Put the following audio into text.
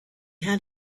had